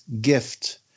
gift